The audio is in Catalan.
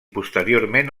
posteriorment